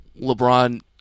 LeBron